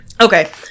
Okay